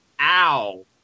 ow